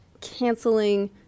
canceling